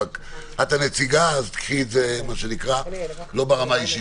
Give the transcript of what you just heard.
רק את הנציגה אז קחי את מה שנקרא לא ברמה האישית